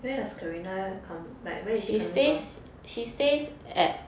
where does karina come like where is she coming from